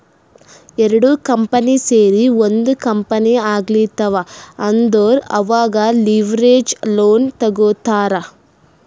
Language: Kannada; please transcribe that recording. ಎರಡು ಕಂಪನಿ ಸೇರಿ ಒಂದ್ ಕಂಪನಿ ಆಗ್ಲತಿವ್ ಅಂದುರ್ ಅವಾಗ್ ಲಿವರೇಜ್ ಲೋನ್ ತಗೋತ್ತಾರ್